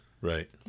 Right